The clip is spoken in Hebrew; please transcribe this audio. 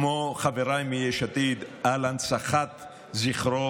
כמו חבריי מיש עתיד, על הנצחת זכרו,